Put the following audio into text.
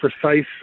precise